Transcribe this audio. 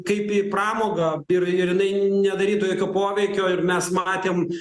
kaip į pramogą ir ir jinai nedarytų jokio poveikio ir mes matėm